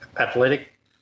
Athletic